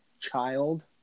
child